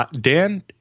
Dan